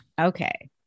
Okay